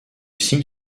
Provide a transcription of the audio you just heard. signe